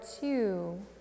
two